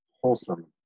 wholesome